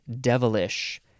devilish